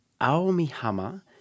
Aomihama